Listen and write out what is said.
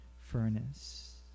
furnace